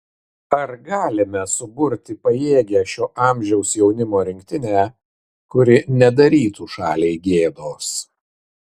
ar galime suburti pajėgią šio amžiaus jaunimo rinktinę kuri nedarytų šaliai gėdos